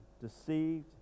deceived